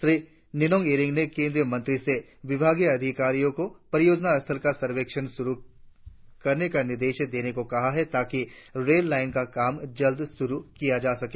श्री निनोंग इरिंग ने केंद्रीय मंत्री से विभागीय अधिकारियों को परियोजना स्थल का सर्वेक्षण शुरु करने का निर्देश देने को कहा है ताकि रेल लाईन पर काम जल्द शुरु किया जा सके